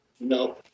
No